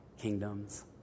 kingdom's